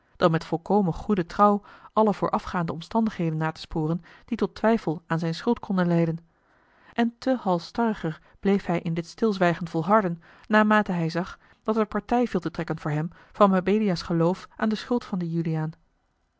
dan met volkomen goede trouw alle voorafgaande omstandigheden na te sporen die tot twijfel aan zijne schuld konden leiden en te halsstarriger bleefhij in dit stilzwijgen volharden naarmate hij zag dat er partij viel te trekken voorh em van mabelia's geloof aan deschuld van dien juliaan